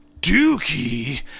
Dookie